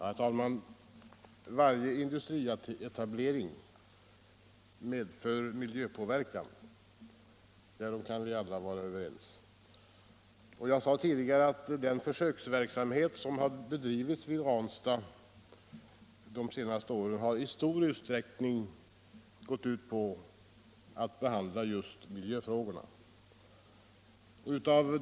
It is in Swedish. Herr talman! Varje industrietablering medför miljöpåverkan — därom kan vi alla vara överens. Jag sade tidigare att den försöksverksamhet som har bedrivits vid Ranstad under de senaste åren i stor utsträckning har gått ut på att behandla just miljöfrågorna.